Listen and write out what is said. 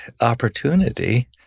opportunity